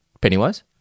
Pennywise